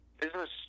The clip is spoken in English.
business